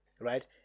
Right